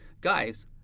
guys